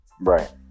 right